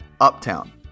Uptown